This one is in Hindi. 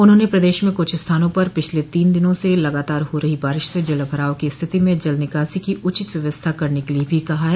उन्होंने प्रदेश में कुछ स्थानों पर पिछले तीन दिनों से लगातार हो रही बारिश से जल भराव की स्थिति में जल निकासी की उचित व्यवस्था करने के भी लिये कहा है